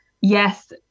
yes